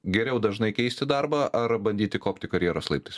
geriau dažnai keisti darbą ar bandyti kopti karjeros laiptais